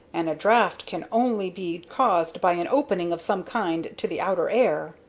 and a draught can only be caused by an opening of some kind to the outer air.